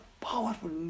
powerful